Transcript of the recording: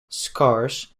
scars